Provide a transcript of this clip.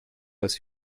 als